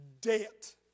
Debt